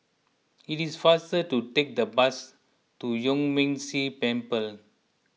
it is faster to take the bus to Yuan Ming Si Temple